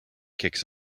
kicks